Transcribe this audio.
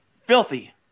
Filthy